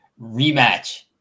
rematch